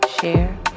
share